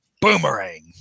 boomerang